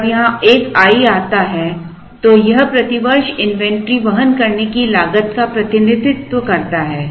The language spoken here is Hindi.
जब यहां एक i आता है तो यह प्रति वर्ष इन्वेंटरी वहन करने की लागत का प्रतिनिधित्व करता है